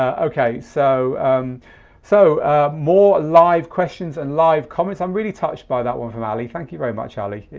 ah okay, so um so more live questions and live comments. i'm really touched by that one from allie. thank you very much allie.